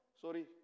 Sorry